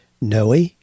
Noe